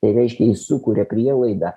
tai reiškia jis sukuria prielaidą